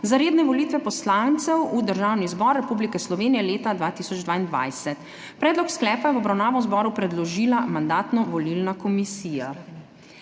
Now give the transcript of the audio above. za redne volitve poslancev v Državni zbor Republike Slovenije leta 2022**. Predlog sklepa je v obravnavo zboru predložila Mandatno-volilna komisija.